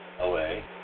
away